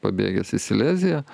pabėgęs į sileziją